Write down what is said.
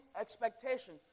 expectation